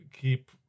keep